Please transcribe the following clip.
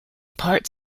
part